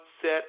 set